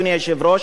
אדוני היושב-ראש,